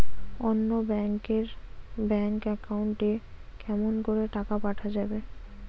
অন্য ব্যাংক এর bank account এ কেমন করে টাকা পাঠা যাবে?